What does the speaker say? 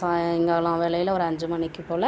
சாயிங்காலம் வேளையில் ஒரு அஞ்சு மணிக்கு போல